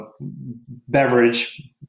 beverage